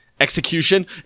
execution